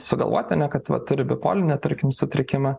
sugalvot ane kad va turi bipolinį tarkim sutrikimą